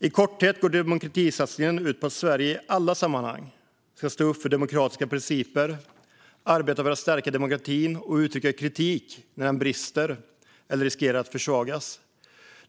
I korthet går demokratisatsningen ut på att Sverige i alla sammanhang ska stå upp för demokratiska principer, arbeta för att stärka demokratin och uttrycka kritik när den brister eller riskerar att försvagas.